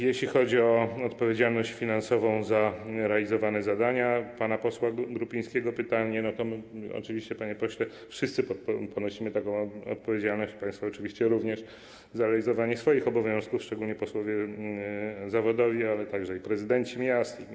Jeśli chodzi o odpowiedzialność finansową za realizowane zadania - pana posła Grupińskiego pytanie - to oczywiście, panie pośle, wszyscy ponosimy taką odpowiedzialność, państwo oczywiście również za realizowanie swoich obowiązków, szczególnie posłowie zawodowi, ale także prezydenci miast.